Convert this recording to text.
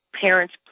parents